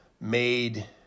made